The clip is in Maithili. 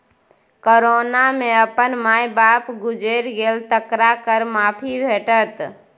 कोरोना मे अपन माय बाप गुजैर गेल तकरा कर माफी भेटत